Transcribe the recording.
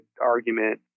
argument